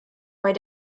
bei